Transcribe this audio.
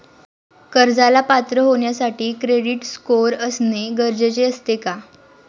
कर्जाला पात्र होण्यासाठी क्रेडिट स्कोअर असणे गरजेचे असते का?